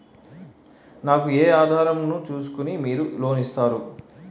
నాకు ఏ ఆధారం ను చూస్కుని మీరు లోన్ ఇస్తారు?